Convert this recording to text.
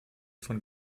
von